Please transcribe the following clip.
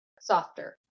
softer